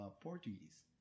Portuguese